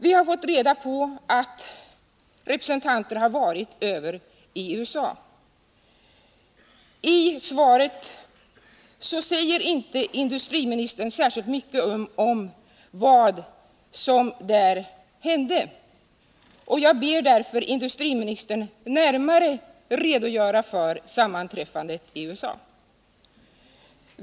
Vi har fått reda på att representanter för industridepartementet varit över i USA. I svaret säger industriministern emellertid inte särskilt mycket om vad som hände där. Jag ber därför industriministern att närmare redogöra för sammanträffandet i USA.